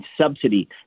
subsidy